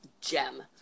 gem